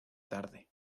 tarde